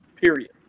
period